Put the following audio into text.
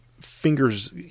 fingers